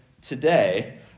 today